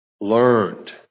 learned